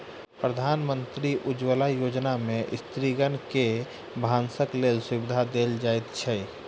प्रधानमंत्री उज्ज्वला योजना में स्त्रीगण के भानसक लेल सुविधा देल जाइत अछि